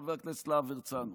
חבר הכנסת להב הרצנו: